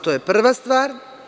To je prva stvar.